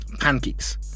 pancakes